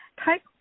Type